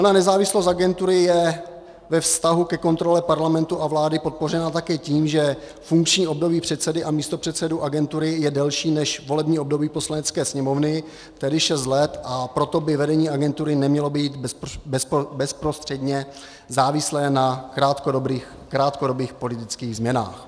Ona nezávislost agentury je ve vztahu ke kontrole Parlamentu a vlády podpořena také tím, že funkční období předsedy a místopředsedů agentury je delší než volební období Poslanecké sněmovny, tedy šest let, a proto by vedení agentury nemělo být bezprostředně závislé na krátkodobých politických změnách.